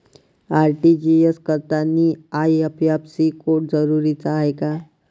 RTGS करतांनी IFSC code जरुरीचा हाय का?